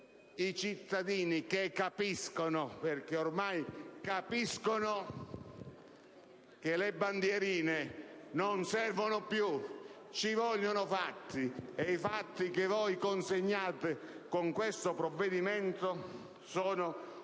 I cittadini capiscono - perché ormai capiscono - che le bandierine non servono più: ci vogliono i fatti, e i fatti che voi consegnate con questo provvedimento sono un'offesa